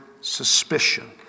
suspicion